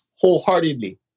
Wholeheartedly